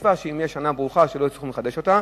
בתקווה שאם תהיה שנה ברוכה לא יצטרכו לחדש אותה.